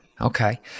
Okay